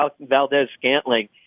Valdez-Scantling